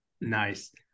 Nice